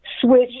switch